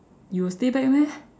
you will stay back meh